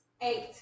Eight